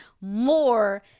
more